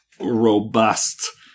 robust